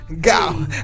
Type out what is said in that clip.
go